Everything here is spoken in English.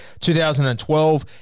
2012